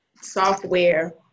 software